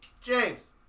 James